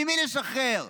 ממי לשחרר?